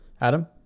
Adam